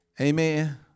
Amen